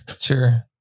Sure